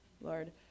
Lord